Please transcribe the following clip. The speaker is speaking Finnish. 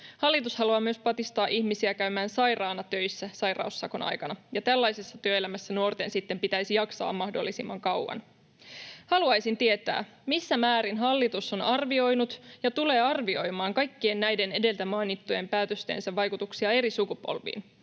Hallitus haluaa myös patistaa ihmisiä käymään sairaana töissä sairaussakon aikana, ja tällaisessa työelämässä nuorten sitten pitäisi jaksaa mahdollisimman kauan. Haluaisin tietää, missä määrin hallitus on arvioinut ja tulee arvioimaan kaikkien näiden edellä mainittujen päätöstensä vaikutuksia eri sukupolviin.